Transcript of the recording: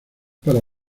para